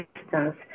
distance